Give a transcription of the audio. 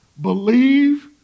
believe